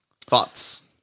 Thoughts